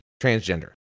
transgender